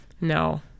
no